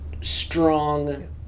strong